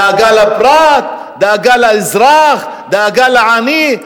דאגה לפרט, דאגה לאזרח, דאגה לעני.